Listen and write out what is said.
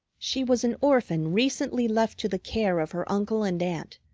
she was an orphan recently left to the care of her uncle and aunt,